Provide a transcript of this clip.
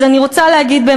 אז אני רוצה להגיד,